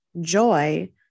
Joy